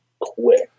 quick